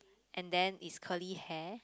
and then is curly hair